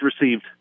received